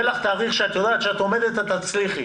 כשיהיה לך תאריך שאת יודעת שאם את עומדת ביעדים את תצליחי.